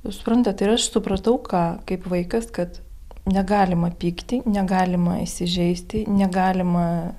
jūs suprantat tai ir aš supratau ką kaip vaikas kad negalima pykti negalima įsižeisti negalima